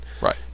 Right